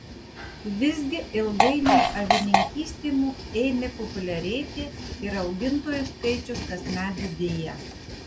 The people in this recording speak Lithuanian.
visgi ilgainiui avininkystė ėmė populiarėti ir augintojų skaičius kasmet didėja